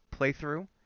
playthrough